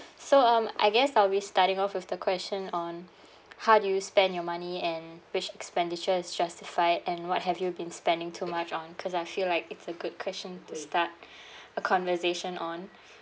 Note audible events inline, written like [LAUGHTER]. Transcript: so um I guess I'll be starting off with the question on how do you spend your money and which expenditure is justified and what have you been spending too much on cause I feel like it's a good question to start [BREATH] a conversation on